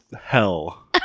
Hell